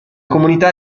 comunità